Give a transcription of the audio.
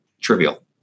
trivial